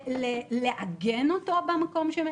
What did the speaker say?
לעגן אותו במקום.